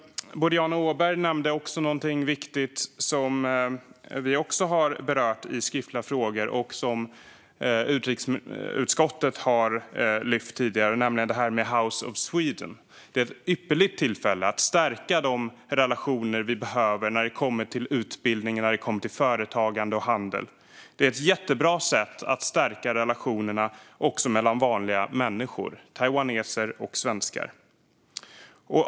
Boriana Åberg nämnde också någonting viktigt som vi har berört i skriftliga frågor och som utrikesutskottet har lyft fram tidigare, nämligen House of Sweden. Det är ett ypperligt tillfälle att stärka de relationer som vi behöver när det kommer till utbildning, företagande och handel. Det är ett jättebra sätt att stärka relationerna också mellan vanliga människor, taiwaneser och svenskar.